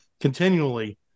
continually